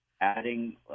Adding